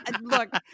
Look